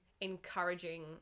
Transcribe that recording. encouraging